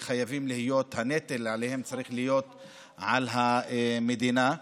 הנטל עליהם צריך להיות על המדינה.